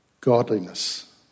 godliness